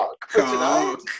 cock